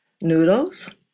noodles